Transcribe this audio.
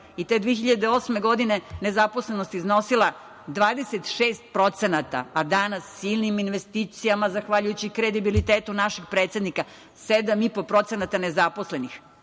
i te 2008. godine je zaposlenost iznosila 26%, a danas, silnim investicijama, zahvaljujući kredibilitetu našeg predsednika, 7,5% nezaposlenih